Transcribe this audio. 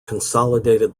consolidated